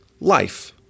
life